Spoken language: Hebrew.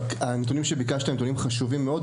הנתונים שביקשת הם נתונים חשובים מאוד,